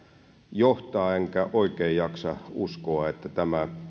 johtaa enkä oikein jaksa uskoa että tämä